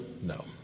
No